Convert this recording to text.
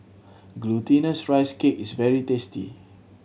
Glutinous Rice Cake is very tasty